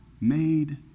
made